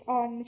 on